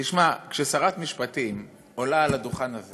תשמע, כששרת משפטים עולה לדוכן הזה